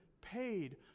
paid